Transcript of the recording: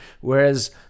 Whereas